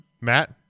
Matt